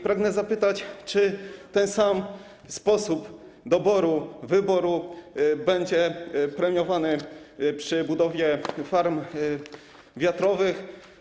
Pragnę zapytać, czy ten sam sposób doboru, wyboru będzie premiowany przy budowie farm wiatrowych.